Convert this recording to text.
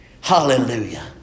Hallelujah